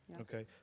Okay